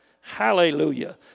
Hallelujah